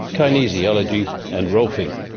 kinesiology and rolfing.